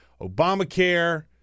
Obamacare